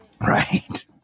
right